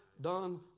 done